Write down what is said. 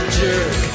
jerk